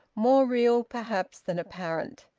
more real perhaps than apparent,